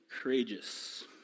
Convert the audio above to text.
courageous